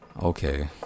Okay